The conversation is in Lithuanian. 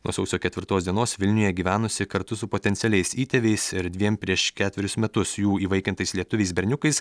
nuo sausio ketvirtos dienos vilniuje gyvenusi kartu su potencialiais įtėviais ir dviem prieš ketverius metus jų įvaikintais lietuviais berniukais